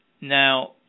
Now